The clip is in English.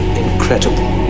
incredible